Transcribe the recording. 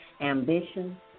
Ambition